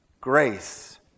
grace